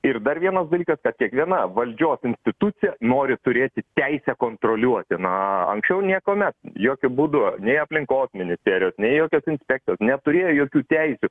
ir dar vienas dalykas kad kiekviena valdžios institucija nori turėti teisę kontroliuoti na anksčiau niekuomet jokiu būdu nei aplinkos ministerijos nei jokios inspekcijos neturėjo jokių teisių